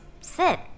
sit